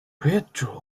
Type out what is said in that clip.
pietro